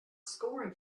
scoring